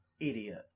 idiot